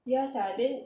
ya sia then